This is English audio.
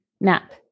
nap